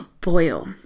boil